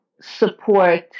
support